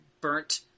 burnt